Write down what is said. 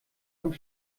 einem